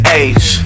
age